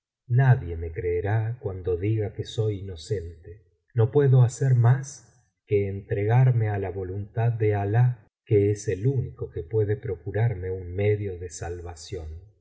nadie me creerá cuando diga que soy inocente no puedo hacer mas que entregarme á la voluntad de alah que es el único que puede procurarme un medio de salvación